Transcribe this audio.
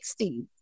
60s